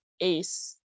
ACE